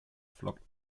flockt